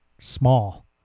small